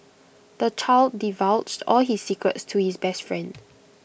the child divulged all his secrets to his best friend